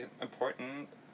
important